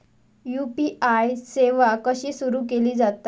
UPI सेवा कशी सुरू केली जाता?